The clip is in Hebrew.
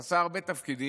ועשה הרבה תפקידים